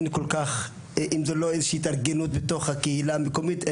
אם זה לא איזושהי התארגנות בתוך הקהילה המקומית,